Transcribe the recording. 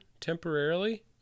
temporarily